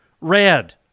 Red